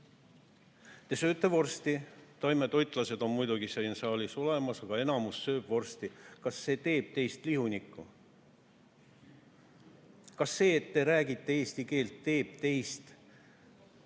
Te sööte vorsti. Taimetoitlased on muidugi siin saalis olemas, aga enamus sööb vorsti. Kas see teeb teist lihunikud? Kas see, et te räägite eesti keelt, teeb teist õpetajad,